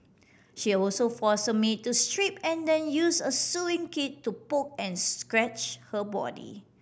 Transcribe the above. she also force her maid strip and then use a sewing to poke and scratch her body